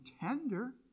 tender